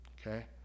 okay